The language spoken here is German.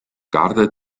garde